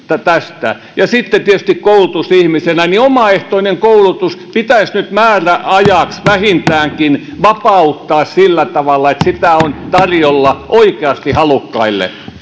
tästä sitten tietysti koulutusihmisenä omaehtoinen koulutus pitäisi nyt määräajaksi vähintäänkin vapauttaa sillä tavalla että sitä on tarjolla oikeasti halukkaille